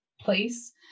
place